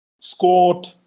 scored